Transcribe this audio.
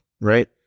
right